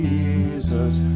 Jesus